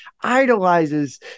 idolizes